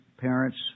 parents